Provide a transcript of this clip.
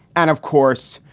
and, of course,